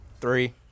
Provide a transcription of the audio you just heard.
three